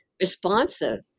responsive